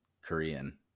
Korean